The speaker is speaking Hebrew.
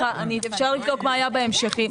אפשר לבדוק מה היה בהמשכי.